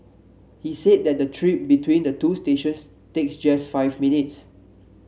he said that the trip between the two stations takes just five minutes